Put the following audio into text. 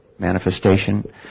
Manifestation